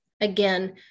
again